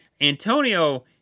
Antonio